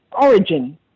origin